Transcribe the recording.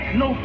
no